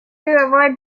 avoid